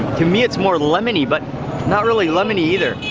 to me it's more lemony, but not really lemony either.